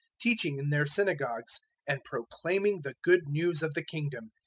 teaching in their synagogues and proclaiming the good news of the kingdom,